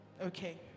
Okay